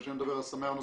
כשאני מדבר על סמי האונס,